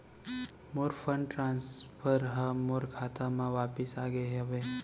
मोर fund transfer हा मोर खाता मा वापिस आ गे हवे